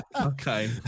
okay